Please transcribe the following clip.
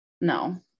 No